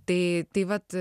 tai tai vat